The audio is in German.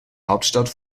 hauptstadt